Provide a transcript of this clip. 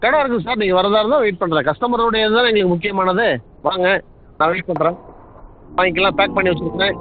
கடை இருக்கும் சார் நீங்கள் வர்றதாக இருந்தால் வெயிட் பண்ணுறேன் கஸ்டமருடைய இதுதான் எங்களுக்கு முக்கியமானதே வாங்க நான் வெயிட் பண்ணுறேன் வாங்கிக்கலாம் பேக் பண்ணி வச்சுருக்கேன்